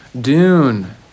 Dune